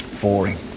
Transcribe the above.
boring